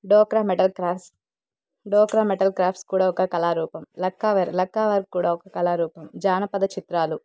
డోక్రా metal crafts dokra metal crafts కూడా ఒక కళారూపం లక్కవేర్ లక్కవేర్ కూడా ఒక కళారూపం జానపద చిత్రాలు